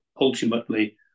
ultimately